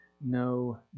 no